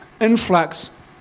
influx